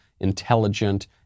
intelligent